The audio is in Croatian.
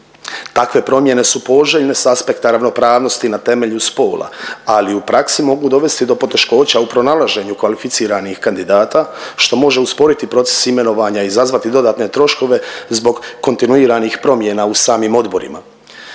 Takve promjene su poželjne s aspekta ravnopravnosti na temelju spola, ali u praksi mogu dovesti do poteškoća u pronalaženju kvalificiranih kandidata, što može usporiti proces imenovanja i izazvati dodatne troškove zbog kontinuiranih promjena u samim odborima.